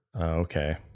Okay